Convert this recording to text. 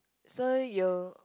so you